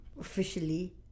officially